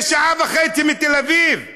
זה שעה וחצי מתל אביב,